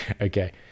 Okay